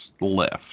left